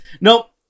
Nope